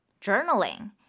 journaling